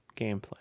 gameplay